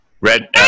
Red